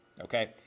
okay